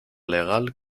legal